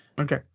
Okay